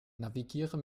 navigiere